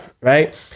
right